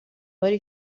باری